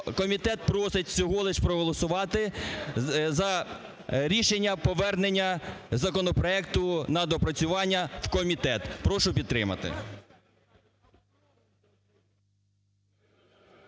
комітет просить всього лиш проголосувати за рішення повернення законопроекту на доопрацювання в комітет. Прошу підтримати.